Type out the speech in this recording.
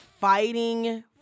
fighting